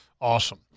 Awesome